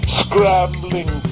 scrambling